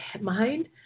mind